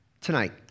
tonight